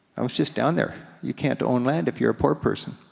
i was just down there. you can't own land if you're a poor person.